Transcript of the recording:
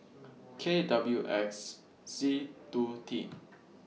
K W X Z two T